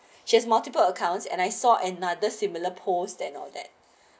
she has multiple accounts and I saw another similar posts than all that